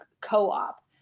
co-op